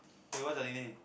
do you want submit it